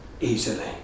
easily